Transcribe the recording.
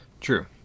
True